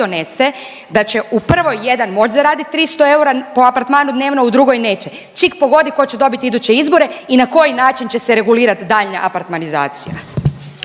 donese, da će u prvoj jedan moći zaraditi 300 eura po apartmanu dnevno, u drugoj neće. Čik pogodi tko će dobit iduće izbore i na koji način će se regulirati daljnja apartmanizacija.